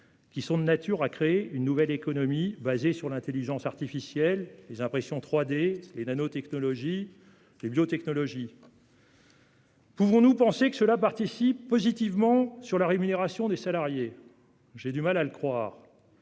qui sont de nature à créer une nouvelle économie basée sur l'intelligence artificielle, les impressions 3D, les nanotechnologies et les biotechnologies. Pouvons-nous penser que cela a un effet positif sur la rémunération des salariés ? J'ai du mal à le croire